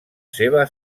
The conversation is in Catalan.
seva